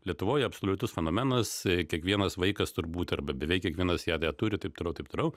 lietuvoj absoliutus fenomenas kiekvienas vaikas turbūt arba beveik kiekvienas ją turi taip toliau taip toliau